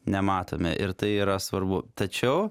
nematome ir tai yra svarbu tačiau